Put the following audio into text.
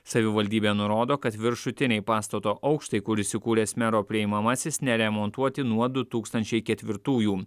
savivaldybė nurodo kad viršutiniai pastato aukštai kur įsikūręs mero priimamasis neremontuoti nuo du tūkstančiai ketvirtųjų